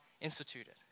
instituted